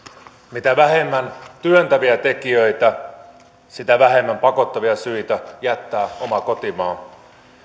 mitä vähemmän työntäviä tekijöitä sitä vähemmän pakottavia syitä jättää oma kotimaa